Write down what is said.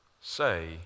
say